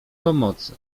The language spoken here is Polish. pomocy